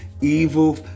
Evil